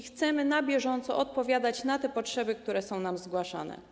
Chcemy na bieżąco odpowiadać na te potrzeby, które są nam zgłaszane.